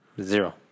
Zero